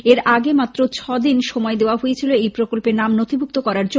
এর আগে মাত্র ছ দিন সময় দেওয়া হয়েছিল এই প্রকল্পে নাম নথিভূক্ত করার জন্য